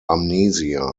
amnesia